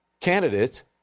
candidates